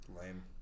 Lame